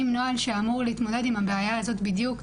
נוהל שאמור להתמודד עם הבעיה הזאת בדיוק,